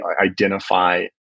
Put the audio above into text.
identify